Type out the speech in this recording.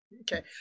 Okay